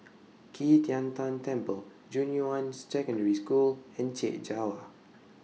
Qi Tian Tan Temple Junyuan Secondary School and Chek Jawa